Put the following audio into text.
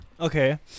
Okay